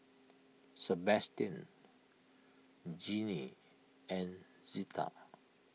Sebastian Jeannie and Zeta